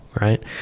right